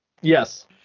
yes